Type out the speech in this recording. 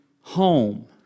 home